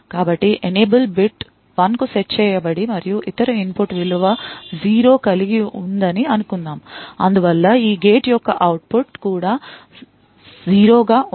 కాబట్టి enable bit 1 కు set చేయబడి మరియు ఇతర ఇన్పుట్ విలువ 0 కలిగి ఉందని అనుకుందాం అందువల్ల ఈ గేట్ యొక్క అవుట్పుట్ కూడా 0 గా ఉంటుంది